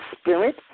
Spirit